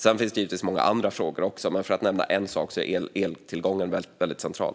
Sedan finns givetvis många andra frågor också, men för att nämna en sak: Eltillgången är central.